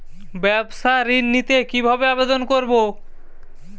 ব্যাবসা ঋণ নিতে কিভাবে আবেদন করব?